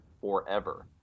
forever